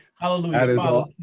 hallelujah